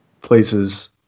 places